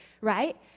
right